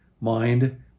mind